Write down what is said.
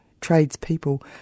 tradespeople